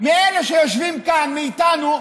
מאלה שיושבים כאן, מאיתנו,